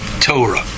Torah